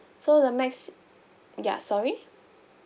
so the max ya sorry